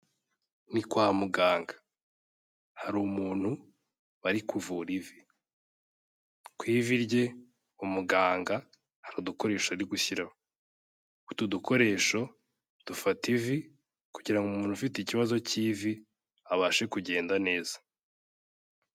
Ni kwa muganga, hari umuntu bari kuvura ivi, ku ivi rye umuganga hari udukoresho ari gushyiraho, utu dukoresho dufata ivi kugira umuntu ufite ikibazo cy'ivi abashe kugenda neza.